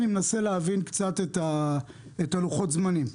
אני מנסה להבין קצת את לוחות הזמנים,